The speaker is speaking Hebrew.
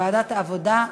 לדיון מוקדם בוועדת העבודה,